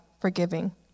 forgiving